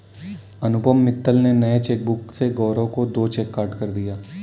अनुपम मित्तल ने नए चेकबुक से गौरव को दो चेक काटकर दिया